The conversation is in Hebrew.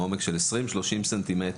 מעומק של 20-30 ס"מ,